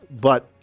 But-